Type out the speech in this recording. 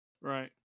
Right